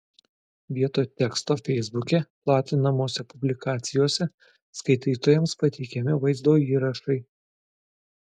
vietoj teksto feisbuke platinamose publikacijoje skaitytojams pateikiami vaizdo įrašai